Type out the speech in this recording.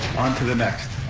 on to the next.